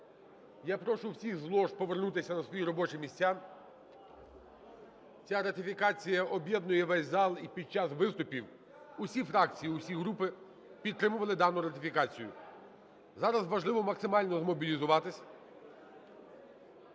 Я прошу всіх з лож повернутися на свої робочі місця. Ця ратифікація об'єднує весь зал, і під час виступів усі фракції, усі групи підтримували дану ратифікацію. Зараз важливо максимально змобілізуватися,